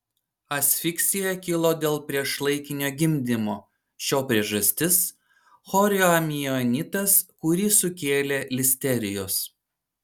asfiksija kilo dėl priešlaikinio gimdymo šio priežastis chorioamnionitas kurį sukėlė listerijos